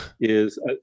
is-